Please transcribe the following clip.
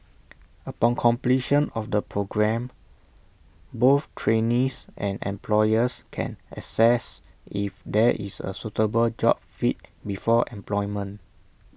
upon completion of the programme both trainees and employers can assess if there is A suitable job fit before employment